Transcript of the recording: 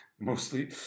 mostly